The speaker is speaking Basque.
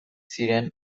ziren